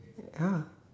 ya